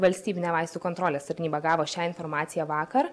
valstybinė vaistų kontrolės tarnyba gavo šią informaciją vakar